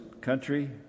country